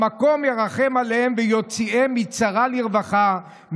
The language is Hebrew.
המקום ירחם עליהם ויוציאם מצרה לרווחה,